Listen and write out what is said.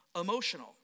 emotional